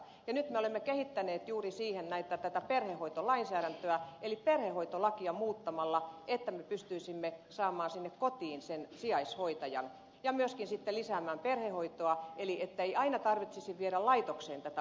nyt olemme kehittäneet juuri siihen tätä perhehoitolainsäädäntöä eli perhehoitolakia muuttamalla me pystyisimme saamaan sinne kotiin sen sijaishoitajan ja myöskin sitten lisäämään perhehoitoa niin ettei aina tarvitsisi viedä laitokseen tätä omaistaan